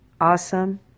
awesome